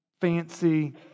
fancy